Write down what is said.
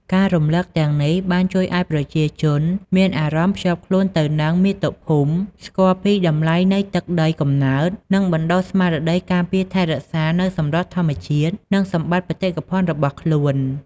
ការរំលឹកទាំងនេះបានជួយឲ្យប្រជាជនមានអារម្មណ៍ភ្ជាប់ខ្លួនទៅនឹងមាតុភូមិ ស្គាល់ពីតម្លៃនៃទឹកដីកំណើត និងបណ្ដុះស្មារតីការពារថែរក្សានូវសម្រស់ធម្មជាតិ និងសម្បត្តិបេតិកភណ្ឌរបស់ខ្លួន។